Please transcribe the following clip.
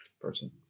person